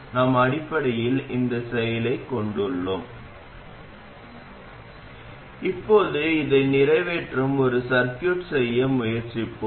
எனவே நாங்கள் அதை ஒரு சார்புக்காக செய்தோம் இப்போது அதை சமிக்ஞைகளுக்காக செய்வோம்